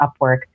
Upwork